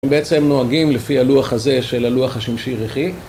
הם בעצם נוהגים לפי הלוח הזה של הלוח השמשי ירחי.